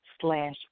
slash